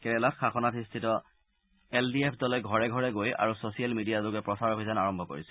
কেৰালাত শাসনাধিষ্ঠিত L D F দলে ঘৰে ঘৰে গৈ আৰু ছ চিয়েল মিডিয়াযোগে প্ৰচাৰ অভিযান আৰম্ভ কৰিছে